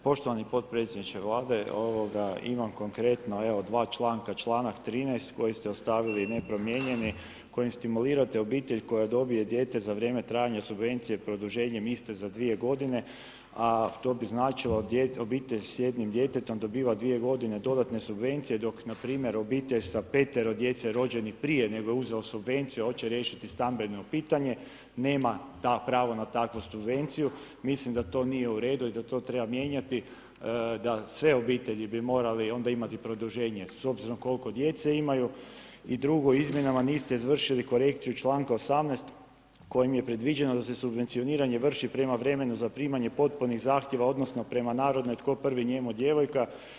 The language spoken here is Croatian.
Poštovani potpredsjedniče Vlade imam konkretno evo dva članka, članak 13. koji ste ostavili nepromijenjeni, kojim stimulirate obitelj koja dobije dijete za vrijeme trajanja subvencije, produženjem iste za 2 godine a to bi značilo obitelj s jednim djetetom dobiva 2 godine dodatne subvencije dok npr. obitelj s 5-ero djece rođenih prije nego je uzeo subvenciju a hoće riješiti stambeno pitanje nema ta prava na takvu subvenciju, mislim da to nije u redu i da to treba mijenjati da sve obitelji bi morale onda imati produženje s obzirom koliko djece imaju i drugo izmjenama niste izvršili korekciju članka 18. kojim je predviđeno da se subvencioniranje vrši prema vremenu zaprimanja potpunih zahtjeva odnosno prema narodnoj tko prvi njemu djevojka.